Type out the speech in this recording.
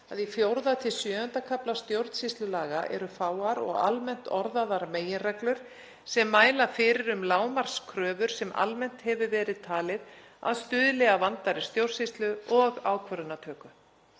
að í IV.–VII. kafla stjórnsýslulaga eru fáar og almennt orðaðar meginreglur sem mæla fyrir um lágmarkskröfur sem almennt hefur verið talið að stuðli að vandaðri stjórnsýslu og ákvarðanatöku.